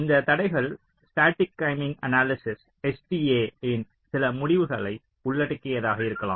இந்த தடைகள் static timing analysis STA இன் சில முடிவுகளை உள்ளடிக்கியதாக இருக்கலாம்